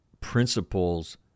principles